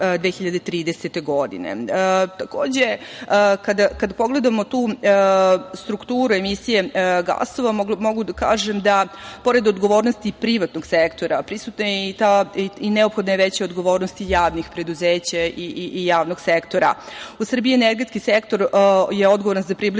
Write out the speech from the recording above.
2030. godine. Takođe, kada pogledamo tu strukturu emisije gasova mogu da kažem da pored odgovornosti privatnog sektora prisutna je i neophodna je veća odgovornost i javnih preduzeća i javnog sektora.U Srbiji energetski sektor je odgovoran za približno